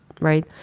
right